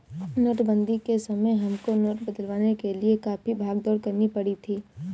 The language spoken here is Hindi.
नोटबंदी के समय हमको नोट बदलवाने के लिए काफी भाग दौड़ करनी पड़ी थी